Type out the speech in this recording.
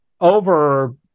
Over